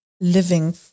living